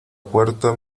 puerta